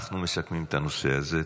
אנחנו מסכמים את הנושא הזה.